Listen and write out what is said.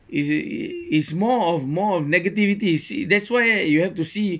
is it it it's more of more of negativity see that's why you have to see